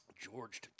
George